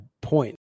point